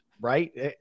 Right